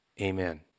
Amen